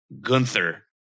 Gunther